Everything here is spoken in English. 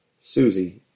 Susie